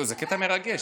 זה קטע מרגש.